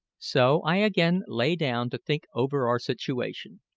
so i again lay down to think over our situation.